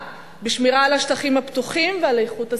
בשמירה על השטחים הפתוחים ועל איכות הסביבה.